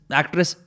actress